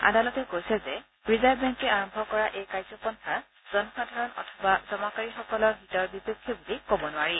আদালতে কৈছে যে ৰিজাৰ্ভ বেংকে আৰম্ভ কৰা এই কাৰ্যপন্থা জনসাধাৰণ অথবা জমাকাৰীসকলৰ হিতৰ বিপক্ষে বুলি ক'ব নোৱাৰি